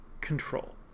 control